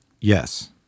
Yes